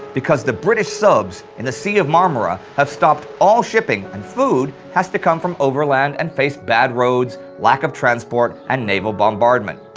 because the british subs in the sea of marmara have stopped all shipping and food has to come from overland and face bad roads, lack of transport, and naval bombardment.